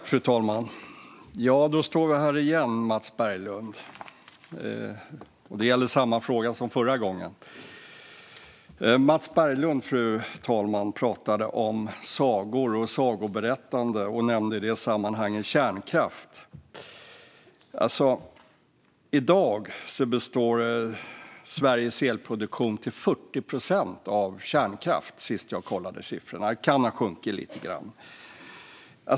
Fru talman! Då står jag här igen, Mats Berglund. Det gäller samma fråga som förra gången. Mats Berglund pratade om sagor och sagoberättande och nämnde i det sammanhanget kärnkraft. I dag består Sveriges elproduktion till 40 procent av kärnkraft. Det gjorde den i alla fall sist jag kollade siffrorna - den kan ha sjunkit lite grann.